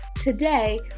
Today